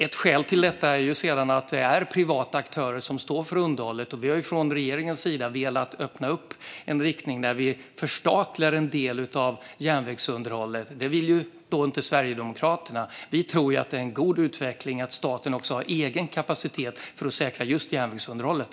Ett skäl till detta är att det är privata aktörer som står för underhållet. Vi har från regeringens sida velat öppna upp en riktning där vi förstatligar en del av järnvägsunderhållet. Det vill inte Sverigedemokraterna. Vi tror att det är en god utveckling att staten har egen kapacitet för att säkra just järnvägsunderhållet.